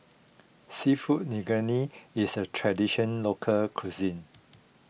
Seafood Linguine is a Traditional Local Cuisine